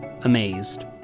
amazed